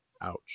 Ouch